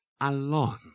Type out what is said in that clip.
alone